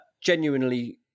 genuinely